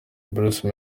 bruce